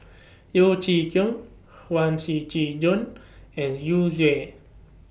Yeo Chee Kiong Huang Shiqi Joan and Yu Zhuye